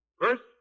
first